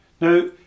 Now